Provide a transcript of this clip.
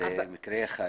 זה מקרה אחד.